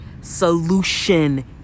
solution